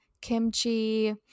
kimchi